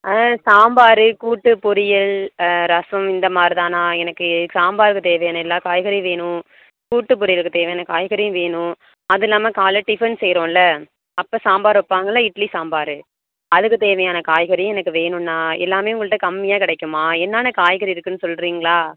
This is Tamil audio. அதான் இந்த சாம்பார் கூட்டு பொரியல் ரசம் இந்த மாதிரி தான்ண்ணா எனக்கு சாம்பாருக்கு தேவையான எல்லா காய்கறியும் வேணும் கூட்டு பொரியலுக்கு தேவையான காய்கறியும் வேணும் அதுல்லாமல் காலை டிஃபன் செய்யறோல்ல அப்போ சாம்பார் வெப்பாங்களே இட்லி சாம்பார் அதுக்கு தேவையான காய்கறியும் எனக்கு வேணுண்ணா எல்லாமே உங்கள்கிட்ட கம்மியாக கிடைக்குமா என்னான்னா காய்கறி இருக்குன்னு சொல்லுறிங்களா